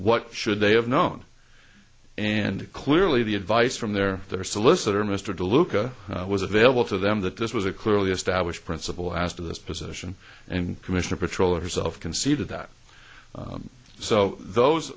what should they have known and clearly the advice from their their solicitor mr deluca was available to them that this was a clearly established principle as to this position and commissioner patrollers of conceded that so those